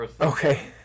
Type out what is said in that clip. Okay